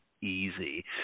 easy